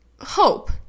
hope